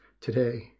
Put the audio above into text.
today